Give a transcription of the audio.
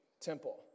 temple